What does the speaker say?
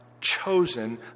chosen